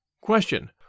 Question